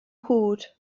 cwd